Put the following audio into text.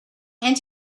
and